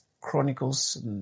chronicles